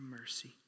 mercy